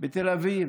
בתל אביב,